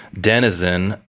denizen